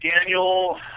Daniel